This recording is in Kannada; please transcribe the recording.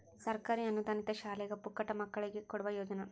ಸರ್ಕಾರಿ ಅನುದಾನಿತ ಶಾಲ್ಯಾಗ ಪುಕ್ಕಟ ಮಕ್ಕಳಿಗೆ ಕೊಡುವ ಯೋಜನಾ